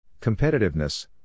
Competitiveness